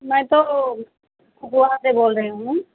मैं तो गोआ से बोल रही हूँ